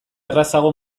errazago